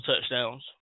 touchdowns